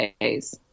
days